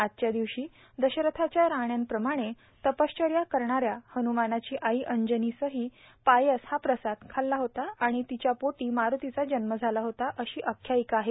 आजच्या दिवशी दशरथाच्या राण्यांप्रमाणे तपश्चर्या करणाऱ्या हन्रमानाची आई अंजनीनही पायस हा प्रसाद खाल्ला होता आणि तिच्या पोटी मारूतीचा जव्मा झाला होता अशी आख्यायिका आहे